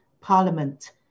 Parliament